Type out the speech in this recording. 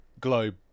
globe